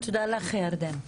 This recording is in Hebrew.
תודה לך, ירדן.